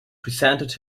presented